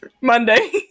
Monday